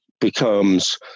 becomes